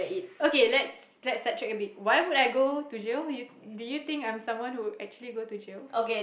okay let's let's side track a bit why would I go to jail you do you think I'm some one who would actually go to jail